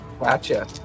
Gotcha